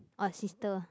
or sister